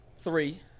Three